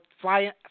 fly